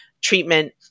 treatment